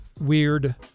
weird